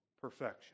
perfection